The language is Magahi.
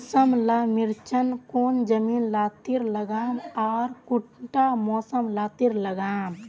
किसम ला मिर्चन कौन जमीन लात्तिर लगाम आर कुंटा मौसम लात्तिर लगाम?